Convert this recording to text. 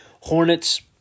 Hornets